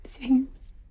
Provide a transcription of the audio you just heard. James